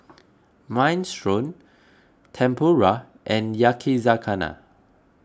Minestrone Tempura and Yakizakana